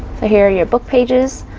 here are your book pages.